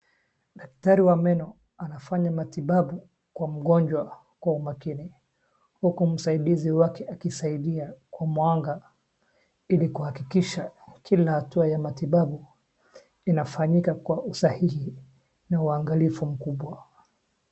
Daktari wa meno anafanya matibabu kwa mgonjwa kwa umakini huku msaidizi wake akisaidia kuwanga ili kuhakikisha kila hatua ya matibabu inafanyika kwa usahihi na uangalifu mkubwa.